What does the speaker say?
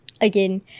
again